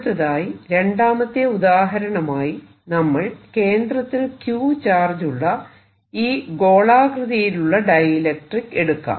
അടുത്തതായി രണ്ടാമത്തെ ഉദാഹരണമായി നമ്മൾ കേന്ദ്രത്തിൽ Q ചാർജുള്ള ഈ ഗോളാകൃതിയിലുള്ള ഡൈഇലക്ട്രിക്ക് എടുക്കാം